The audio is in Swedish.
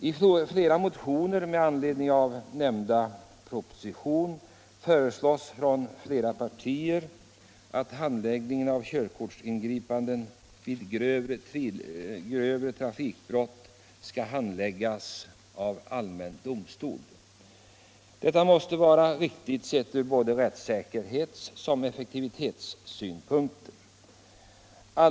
I flera motioner väckta i anledning av propositionen föreslås från flera partier att mål som rör körkortsingripanden vid grövre trafikbrott skall handläggas av allmän domstol. Detta måste vara riktigt från både rättssäkerhetsoch effektivitetssynpunkt.